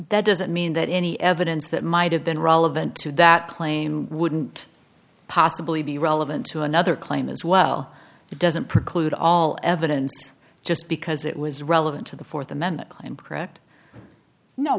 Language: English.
that doesn't mean that any evidence that might have been relevant to that claim wouldn't possibly be relevant to another claim as well it doesn't preclude all evidence just because it was relevant to the fourth amendment claim